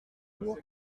jours